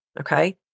okay